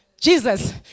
Jesus